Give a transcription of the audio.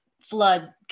flood